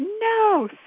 no